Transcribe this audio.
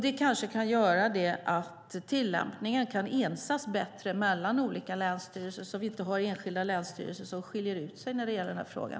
Det kanske kan göra att tillämpningen kan ensas bättre mellan olika länsstyrelser såvitt det finns enskilda länsstyrelser som skiljer ut sig i den här frågan.